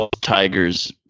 tigers